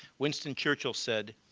winston churchill said,